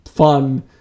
...fun